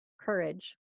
courage